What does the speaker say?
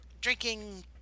drinking